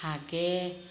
হাগে